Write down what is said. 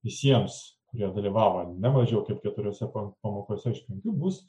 visiems kurie dalyvavo ne mažiau kaip keturiose pamokose iš penkių bus